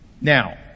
Now